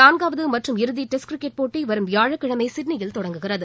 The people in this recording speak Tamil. நான்காவது மற்றும் இறுதி டெஸ்ட் கிரிக்கெட் போட்டி வரும் வியாழக்கிழமை சிட்னியில் தொடங்குகிறது